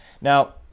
Now